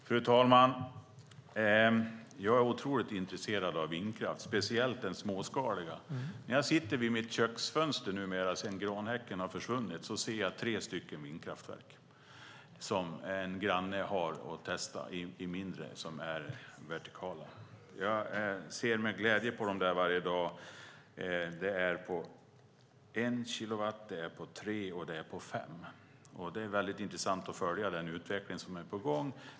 Fru talman! Jag är otroligt intresserad av vindkraft, speciellt den småskaliga. När jag sitter vid mitt köksfönster numera, sedan granhäcken har försvunnit, ser jag tre stycken mindre, vertikala vindkraftverk som en granne testar. Jag ser med glädje på dem varje dag. De är på en, tre och fem kilowatt. Det är intressant att följa den utveckling som är på gång.